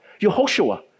Yehoshua